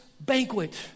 banquet